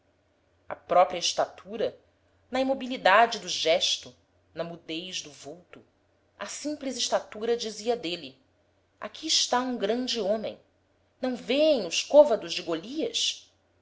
moral a própria estatura na imobilidade do gesto na mudez do vulto a simples estatura dizia dele aqui está um grande homem não vêem os cavados de golias